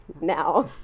now